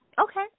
Okay